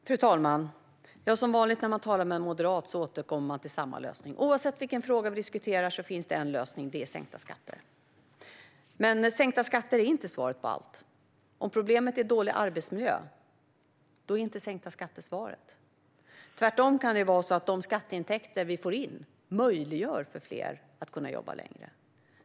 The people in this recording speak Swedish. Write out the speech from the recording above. Fru talman! Som vanligt när man talar med en moderat återkommer samma lösning. Oavsett vilken fråga vi diskuterar finns det en lösning: sänkta skatter. Men sänkta skatter är inte svaret på allt. Om problemet är dålig arbetsmiljö är sänkta skatter inte svaret. Tvärtom kan de skatteintäkter vi får in möjliggöra för fler att jobba längre.